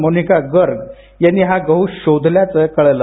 मोनिका गर्ग यांनी हा गहू शोधण्याचं कळालं